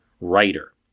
Writer